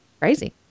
Crazy